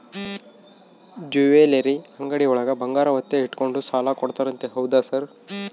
Jewellery ಅಂಗಡಿಯೊಳಗ ಬಂಗಾರ ಒತ್ತೆ ಇಟ್ಕೊಂಡು ಸಾಲ ಕೊಡ್ತಾರಂತೆ ಹೌದಾ ಸರ್?